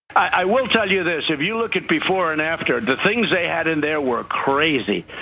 i will tell you this, if you look at before and after the things they had in there were crazy.